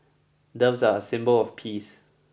doves are a symbol of peace